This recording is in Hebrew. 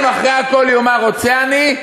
אם אחרי הכול יאמר רוצה אני,